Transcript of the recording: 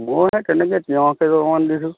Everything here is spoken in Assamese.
মই সেই তেনেকৈ তিয়ঁহ কেইজোপামান দিছোঁ